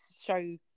show